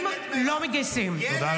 ישבתי